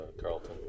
Carlton